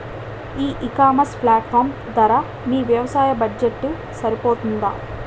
ఈ ecommerce platform ధర మీ వ్యవసాయ బడ్జెట్ సరిపోతుందా?